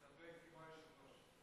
מסתפק, כמו היושב-ראש.